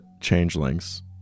changelings